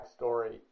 backstory